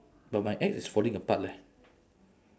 but my axe is falling apart leh